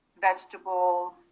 vegetables